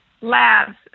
labs